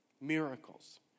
Miracles